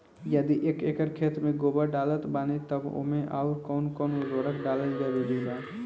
यदि एक एकर खेत मे गोबर डालत बानी तब ओमे आउर् कौन कौन उर्वरक डालल जरूरी बा?